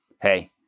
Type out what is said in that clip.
hey